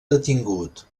detingut